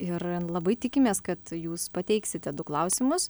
ir labai tikimės kad jūs pateiksite du klausimus